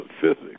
physics